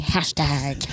Hashtag